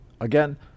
Again